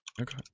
Okay